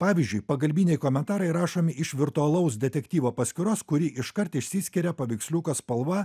pavyzdžiui pagalbiniai komentarai rašomi iš virtualaus detektyvo paskyros kuri iškart išsiskiria paveiksliuko spalva